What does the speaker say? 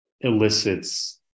elicits